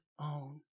own